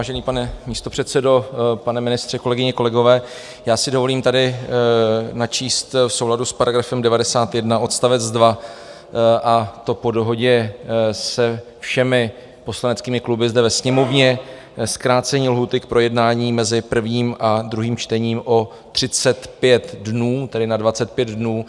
Vážený pane místopředsedo, pane ministře, kolegyně, kolegové, já si dovolím tady načíst v souladu s § 91 odst. 2, a to po dohodě se všemi poslaneckými kluby zde ve Sněmovně, zkrácení lhůty k projednání mezi prvním a druhým čtením o 35 dnů, tedy na 25 dnů.